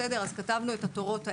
כתבנו את התורות האלה,